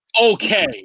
Okay